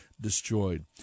destroyed